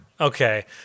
okay